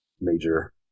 major